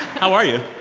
how are you?